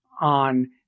on